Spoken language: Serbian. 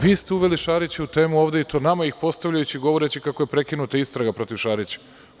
Vi ste uveli Šarića u temu ovde i to nama, postavljajući i govoreći kako je prekinuta istraga protiv Šarića.